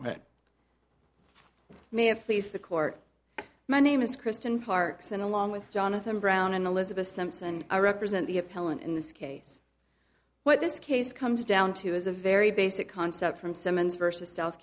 that may have please the court my name is kristen parks and along with jonathan brown and elizabeth simpson i represent the appellant in this case what this case comes down to is a very basic concept from simmons versus south